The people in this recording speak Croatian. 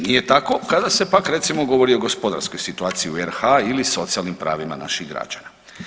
Nije tako kada se pak recimo govori o gospodarskoj situaciji u RH ili socijalnim pravima naših građana.